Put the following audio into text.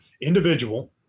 individual